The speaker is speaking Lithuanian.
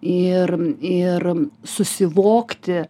ir ir susivokti